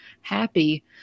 happy